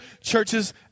churches